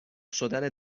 شدن